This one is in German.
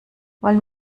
wollen